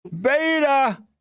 beta